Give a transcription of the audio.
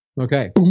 Okay